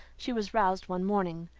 she was roused one morning,